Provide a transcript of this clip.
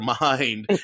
mind